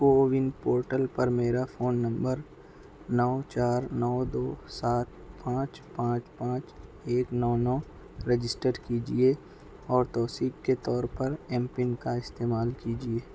CoWIN portal پر میرا phone نمبر نو چار نو دو سات پانچ پانچ پانچ ایک نو نو رجسٹر کیجیے اور توثیق کے طور پر ایم پن کا استعمال کیجیے